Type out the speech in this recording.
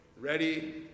ready